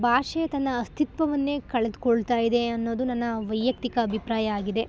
ಭಾಷೆ ತನ್ನ ಅಸ್ಥಿತ್ವವನ್ನೇ ಕಳೆದುಕೊಳ್ತಾಯಿದೆ ಅನ್ನೋದು ನನ್ನ ವೈಯಕ್ತಿಕ ಅಭಿಪ್ರಾಯ ಆಗಿದೆ